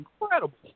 incredible